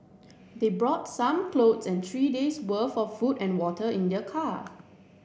they brought some clothes and three days' worth of food and water in their car